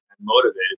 motivated